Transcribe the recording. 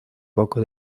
poco